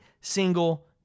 single